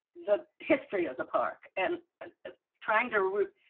the history of the park and and trying to route,